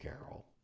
carol